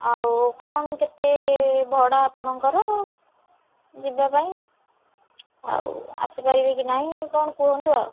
ଆଉ କ'ଣ କେତେ ଭଡ଼ା ଆପଣଙ୍କର ଯିବା ପାଇଁ ଆଉ ଆସି ପାରିବେ କି ନାହିଁ କ'ଣ କୁହନ୍ତୁ ଆଉ